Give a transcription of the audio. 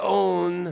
own